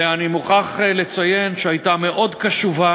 ואני מוכרח לציין שהיא הייתה מאוד קשובה